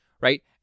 right